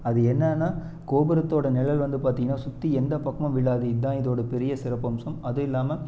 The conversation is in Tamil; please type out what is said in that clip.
அது என்னன்னா கோபுரத்தோட நிழல் வந்து பார்த்திங்கன்னா சுற்றி எந்த பக்கமும் விழாது இதான் இதோட பெரிய சிறப்பம்சம் அதுவும் இல்லாமல்